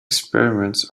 experiments